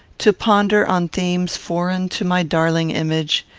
to ponder on themes foreign to my darling image,